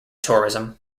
tourism